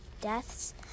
deaths